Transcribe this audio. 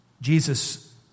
Jesus